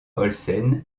olsen